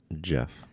Jeff